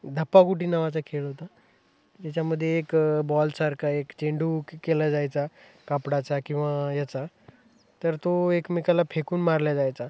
धप्पागुटी नावाचा खेळ होता त्याच्यामध्ये एक बॉलसारखा एक चेंडू के केला जायचा कापडाचा किंवा याचा तर तो एकमेकाला फेकून मारल्या जायचा